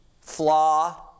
Flaw